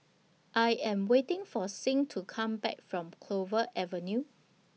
I Am waiting For Sing to Come Back from Clover Avenue